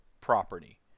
property